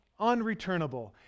unreturnable